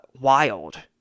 wild